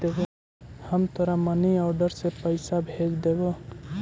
हम तोरा money order से पइसा भेज देबो